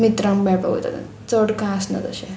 मित्रांक मेळपाक येता चड कांय आसना तशें